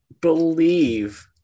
believe